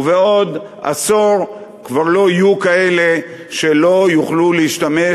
ובעוד עשור כבר לא יהיו כאלה שלא יוכלו להשתמש